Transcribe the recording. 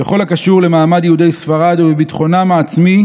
בכל הקשור למעמד יהודי ספרד ולביטחונם העצמי